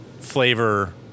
flavor